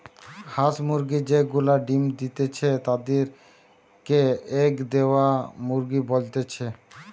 হাঁস মুরগি যে গুলা ডিম্ দিতেছে তাদির কে এগ দেওয়া মুরগি বলতিছে